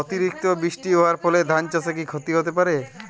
অতিরিক্ত বৃষ্টি হওয়ার ফলে ধান চাষে কি ক্ষতি হতে পারে?